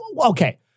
okay